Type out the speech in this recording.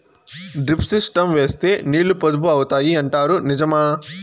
Drip system వేస్తే నీళ్లు పొదుపు అవుతాయి అంటారు నిజమా?